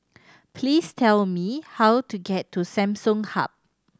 please tell me how to get to Samsung Hub